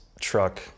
truck